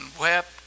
wept